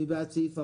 מי בעד סעיף 45?